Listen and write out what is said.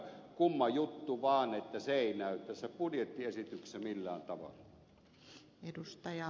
kumma juttu vaan että se ei näy tässä budjettiesityksessä millään tavalla